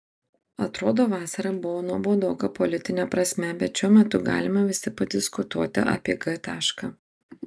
atrodo vasara buvo nuobodoka politine prasme bet šiuo metu galime visi padiskutuoti apie g tašką